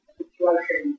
situation